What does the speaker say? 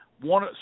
One